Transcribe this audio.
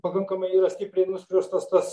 pakankamai yra stipriai nuskriaustas tas